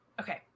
okay